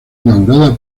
inaugurado